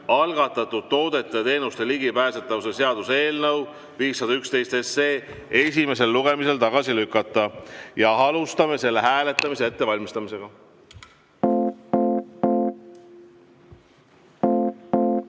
algatatud toodete ja teenuste ligipääsetavuse seaduse eelnõu 511 esimesel lugemisel tagasi lükata. Alustame selle hääletamise ettevalmistamist.